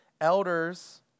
Elders